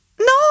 No